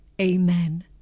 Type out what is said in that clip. Amen